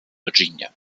virginia